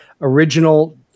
original